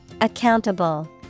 Accountable